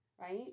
right